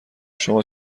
شما